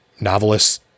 Novelists